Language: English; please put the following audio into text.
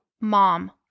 Mom